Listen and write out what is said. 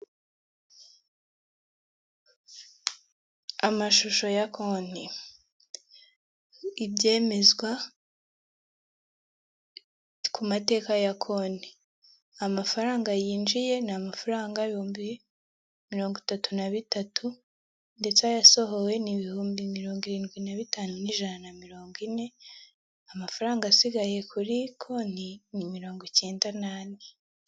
Amashusho ya konti, ibyemezwa ku mateka ya konti: Amafaranga yinjiye ni amafaranga ibihumbi mirongo itatu na bitatu ndetse ayasohowe ni ibihumbi mirongo irindwi na bitanu na ijana na mirongo ine, amafaranga asigaye kuri konti ni mirongo icyenda na ane.